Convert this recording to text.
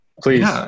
Please